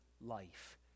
life